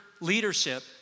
leadership